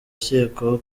akekwaho